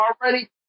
already